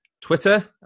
Twitter